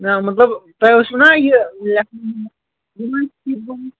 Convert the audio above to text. نَہ مطلب تۄہہِ اوسوُ نَہ یہِ